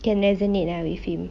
can resonate ah with him